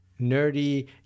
nerdy